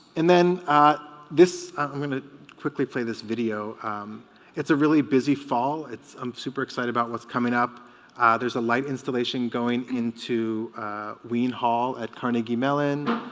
and then this i'm going to quickly play this video it's a really busy fall it's i'm super excited about what's coming up there's a light installation going into wien hall at carnegie mellon